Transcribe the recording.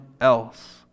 else